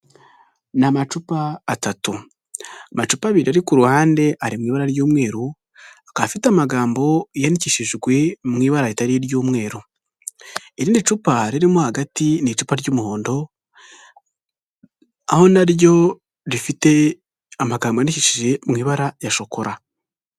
Ni amacupa atatu, amacupa abiri ari ku ruhande ari mu ibara ry'umweru akaba afite amagambo yandikishijwe mu ibara ritari iry'umweru, irindi cupa ririmo hagati ni icupa ry'umuhondo aho naryo rifite amagambo yandikishije mu ibara ya shokora.